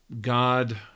God